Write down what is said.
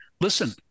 listen